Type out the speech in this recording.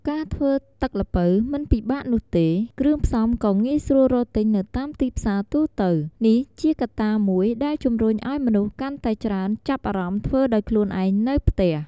ការធ្វើទឹកល្ពៅមិនពិបាកនោះទេ គ្រឿងផ្សំក៏ងាយស្រួលរកទិញនៅតាមទីផ្សារទូទៅ នេះជាកត្តាមួយដែលជំរុញឲ្យមនុស្សកាន់តែច្រើនចាប់អារម្មណ៍ធ្វើដោយខ្លួនឯងនៅផ្ទះ។